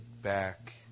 back